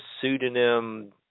pseudonym